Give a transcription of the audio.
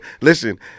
listen